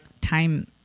time